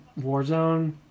Warzone